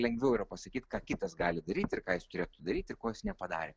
lengviau yra pasakyt ką kitas gali daryt ir ką jis turėtų daryt ir jis ko nepadarė